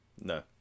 No